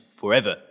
forever